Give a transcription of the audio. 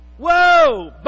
Whoa